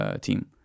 team